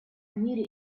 мире